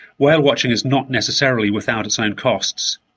whale watching is not necessarily without its own costs.